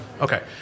Okay